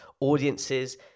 audiences